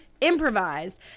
improvised